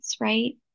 right